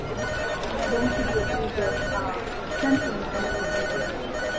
you know then we could be accused of of censoring some of his information.